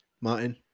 Martin